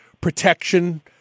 protection